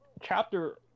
chapter